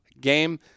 game